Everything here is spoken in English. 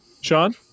Sean